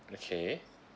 okay